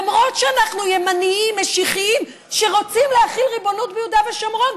למרות שאנחנו ימנים משיחיים שרוצים להחיל ריבונות ביהודה ושומרון,